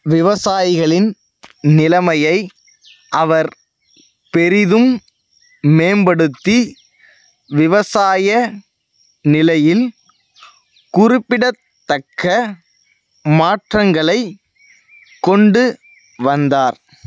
விவசாயிகளின் நிலைமையை அவர் பெரிதும் மேம்படுத்தி விவசாய நிலையில் குறிப்பிடத்தக்க மாற்றங்களைக் கொண்டு வந்தார்